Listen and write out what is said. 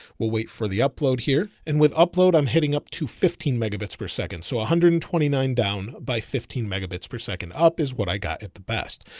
we'll wait for the upload here. and with upload, i'm hitting up to fifteen megabits per second. so one ah hundred and twenty nine down by fifteen megabits per second up is what i got at the best.